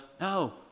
no